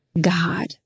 God